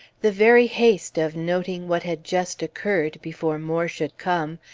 the very haste of noting what had just occurred, before more should come,